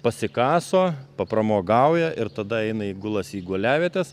pasikaso papramogauja ir tada eina i gulasi į guliavietes